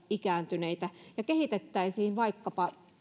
ikääntyneitä pankkipalveluissa ja kehitettäisiin vaikkapa